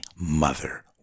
mother